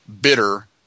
bitter